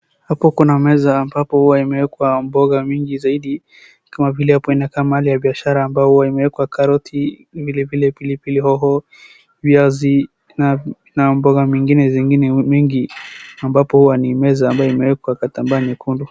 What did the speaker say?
Hapo kuna meza ambapo huwa imewekwa mboga mingi zaidi kama vile hapo inakaa mahali ya biashara ambao imewekwa karoti vilevile pilipili hoho, viazi na mboga mingine zingine mingi ambapo huwa ni meza ambayo imewekwa kitambaa nyekundu.